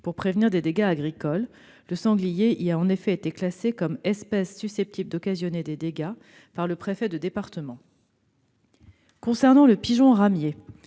pour prévenir des dégâts agricoles. Le sanglier y a en effet été classé comme « espèce susceptible d'occasionner des dégâts » par le préfet de département. En ce qui concerne le pigeon ramier,